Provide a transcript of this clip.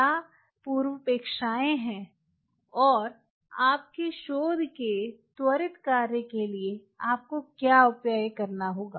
क्या पूर्वापेक्षाएँ हैं और आपके शोध के त्वरित कार्य के लिए आपको क्या उपाय करने होंगे